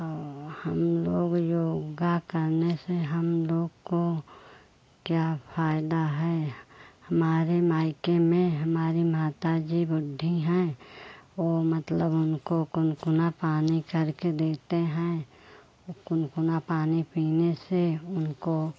और हम लोग योग करने से हम लोग को क्या फ़ायदा है हमारे मायके में हमारी माता जी बूढ़ी हैं और मतलब उनको गुनगुना पानी करके देते हैं और गुनगुना पानी पीने से उनको